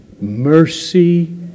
Mercy